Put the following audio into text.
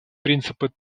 принципы